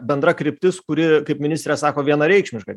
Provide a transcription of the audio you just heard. bendra kryptis kuri kaip ministrė sako vienareikšmiška